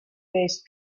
based